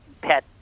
pet